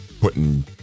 putting